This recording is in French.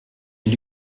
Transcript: qui